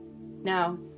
Now